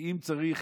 כי אם צריך